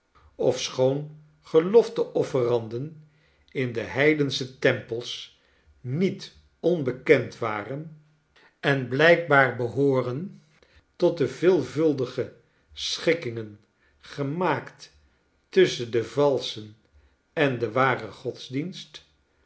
ofschoon gelofte offeranden in de heidensche tempels niet onbekend waren en blijkbaar behooren tot de veelvuldige schikkingen gemaakt tusschen den valschen en den waren godsdienst